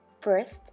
First